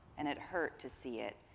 and it hurt to see it.